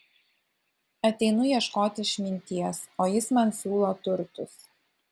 ateinu ieškoti išminties o jis man siūlo turtus